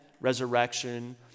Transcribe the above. resurrection